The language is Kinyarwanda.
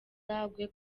bandi